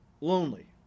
lonely